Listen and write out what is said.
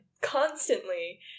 constantly